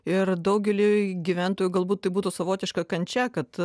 ir daugeliui gyventojų galbūt tai būtų savotiška kančia kad